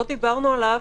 לא דיברנו עליו,